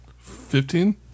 Fifteen